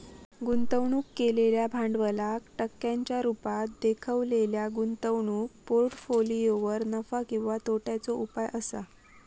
गुंतवणूक केलेल्या भांडवलाक टक्क्यांच्या रुपात देखवलेल्या गुंतवणूक पोर्ट्फोलियोवर नफा किंवा तोट्याचो उपाय असा